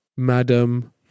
madam